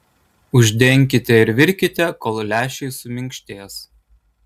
uždenkite ir virkite kol lęšiai suminkštės